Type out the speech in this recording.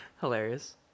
Hilarious